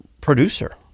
producer